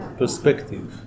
perspective